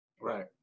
right